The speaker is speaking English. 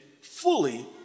fully